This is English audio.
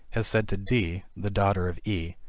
has said to d the daughter of e,